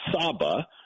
Saba